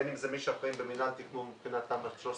בין אם זה מי שאחראים במינהל ותכנון מבחינת תמ"א 9/13,